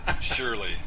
surely